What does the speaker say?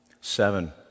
Seven